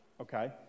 okay